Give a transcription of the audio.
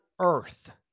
earth